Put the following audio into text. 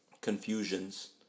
confusions